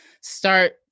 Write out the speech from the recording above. start